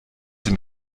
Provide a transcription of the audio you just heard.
sie